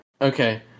Okay